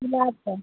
गुलाब का